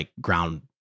ground